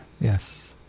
Yes